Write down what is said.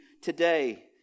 today